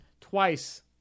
twice